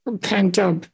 pent-up